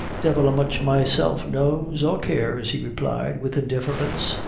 devil a much myself knows or cares, he replied, with indifference,